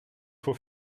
faut